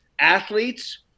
athletes